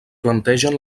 plantegen